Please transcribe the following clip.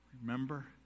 Remember